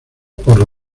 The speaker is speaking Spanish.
por